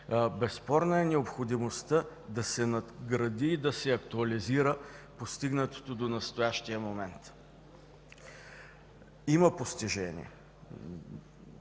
Безспорна е необходимостта да се надгради и да се актуализира постигнатото до настоящия момент. Има постижения,